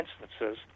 instances